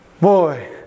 Boy